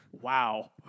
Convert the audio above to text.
Wow